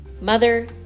mother